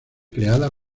creada